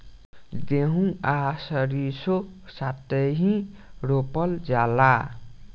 गेंहू आ सरीसों साथेही रोपल जाला